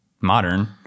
modern